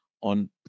on